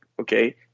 Okay